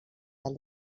tal